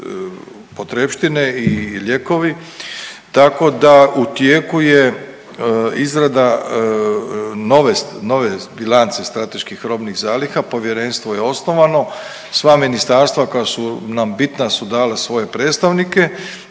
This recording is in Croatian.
potrepštine i lijekovi. Tako da u tijeku je izrada nove, nove bilance strateških robnih zaliha. Povjerenstvo je osnovano, sva ministarstva koja su nam bitna su dala svoje predstavnike